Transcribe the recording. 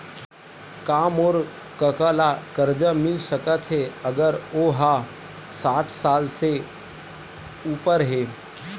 का मोर कका ला कर्जा मिल सकथे अगर ओ हा साठ साल से उपर हे?